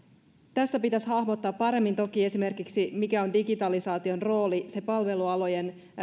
tässä pitäisi hahmottaa paremmin toki esimerkiksi mikä on digitalisaation rooli se palvelualojen